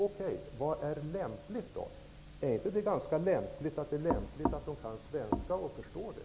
Okej, vad är då lämpligt? Är det inte ganska lämpligt att de kan svenska och förstår det?